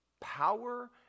power